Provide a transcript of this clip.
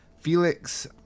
Felix